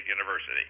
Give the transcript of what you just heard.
University